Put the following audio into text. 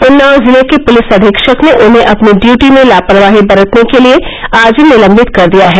उन्नाव जिले के पुलिस अधीक्षक ने उन्हें अपनी ड्यूटी में लापरवाही बरतने के लिए आज निलम्बित कर दिया है